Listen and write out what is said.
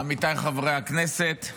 עמיתיי חברי הכנסת,